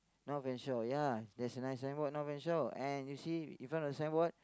north and shore ya there's a nice sign board north and shore and you see in front of the sign board